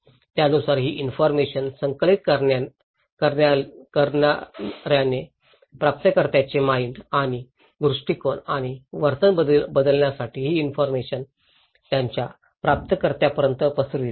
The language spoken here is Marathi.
त्यानुसार ही इन्फॉरमेशन संकलित करणार्याने प्राप्तकर्त्यांचे माईंड आणि दृष्टीकोन आणि वर्तन बदलण्यासाठी ही इन्फॉरमेशन त्यांच्या प्राप्तकर्त्यांपर्यंत पसरविली